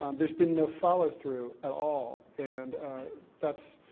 um there's been no follow-through at all. and that's,